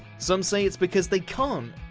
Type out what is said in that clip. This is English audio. some say it's because they can't.